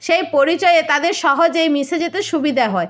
সেই পরিচয়ে তাদের সহজেই মিশে যেতে সুবিধা হয়